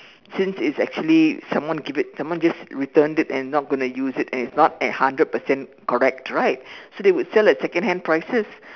since it's actually someone give it someone just returned it and not going to use it and is not at hundred percent correct right so they would sell at second hand prices